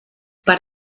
per